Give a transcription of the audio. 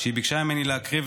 שהיא ביקשה ממני להקריא,